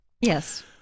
yes